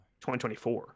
2024